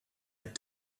had